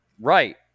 Right